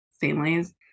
families